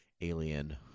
alien